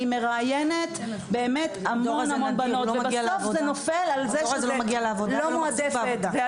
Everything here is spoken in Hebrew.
אני מראיינת המון בנות ובסוף זה נופל על זה שזאת לא עבודה מועדפת.